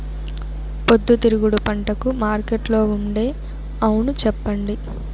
పొద్దుతిరుగుడు పంటకు మార్కెట్లో ఉండే అవును చెప్పండి?